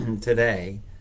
today